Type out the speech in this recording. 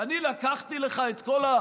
אני רוצה להציל חיי אדם.